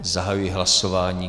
Zahajuji hlasování.